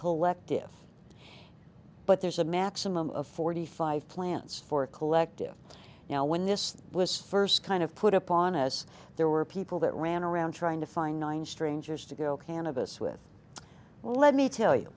collective but there's a maximum of forty five plants for a collective now when this was first kind of put upon us there were people that ran around trying to find nine strangers to go cannabis with well let me tell you